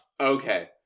Okay